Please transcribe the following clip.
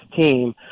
team